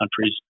countries